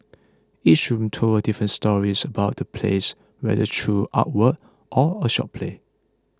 each room told a different storys about the place whether through artwork or a short play